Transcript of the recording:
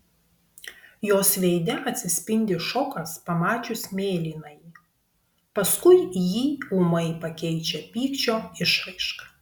jos veide atsispindi šokas pamačius mėlynąjį paskui jį ūmai pakeičia pykčio išraiška